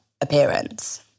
appearance